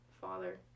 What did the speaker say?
father